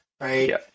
right